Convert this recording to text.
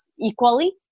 equally